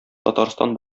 татарстан